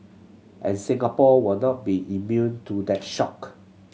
and Singapore will not be immune to that shock